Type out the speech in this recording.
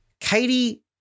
Katie